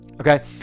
Okay